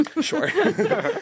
Sure